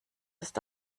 ist